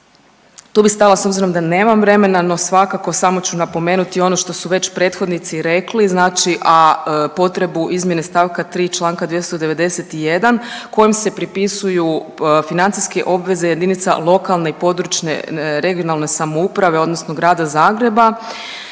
Tu bih stala s obzirom da nemam vremena, no svakako samo ću napomenuti ono što su već prethodnici rekli znači: a) potrebu izmjene stavka 3. članka 291. kojim se pripisuju financijske obveze jedinica lokalne i područne (regionalne) samouprave odnosno grada Zagreba